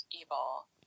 evil